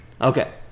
Okay